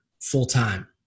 full-time